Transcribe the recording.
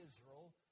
Israel